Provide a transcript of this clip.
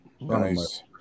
Nice